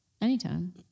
Anytime